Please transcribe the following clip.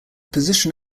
position